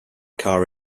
car